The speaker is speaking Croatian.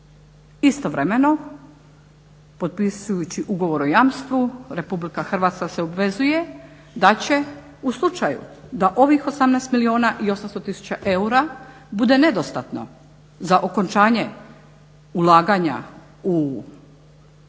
Istovremeno potpisujući ugovor o jamstvu Republika Hrvatska se obvezuje da će u slučaju da ovih 18 milijuna i 800 tisuća eura bude nedostatno za okončanje ulaganja u obnovu